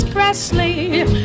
Presley